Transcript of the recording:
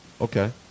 okay